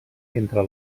entre